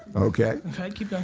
okay. okay, keep going.